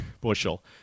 bushel